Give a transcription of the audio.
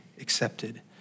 accepted